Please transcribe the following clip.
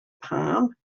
palm